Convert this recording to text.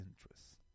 interests